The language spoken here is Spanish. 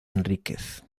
enríquez